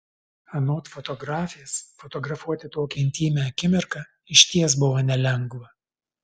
anot fotografės fotografuoti tokią intymią akimirką išties buvo nelengva